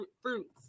fruits